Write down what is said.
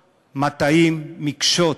מטעים, מקשות